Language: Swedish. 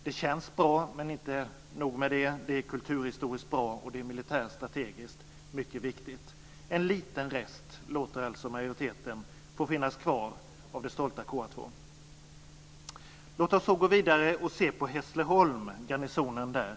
Det känns bra, men inte nog med det: det är kulturhistoriskt bra, och det är militärstrategiskt mycket viktigt. En liten rest låter alltså majoriteten få finnas kvar av det stolta KA 2. Låt oss så gå vidare och se på garnisonen i Hässleholm.